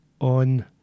on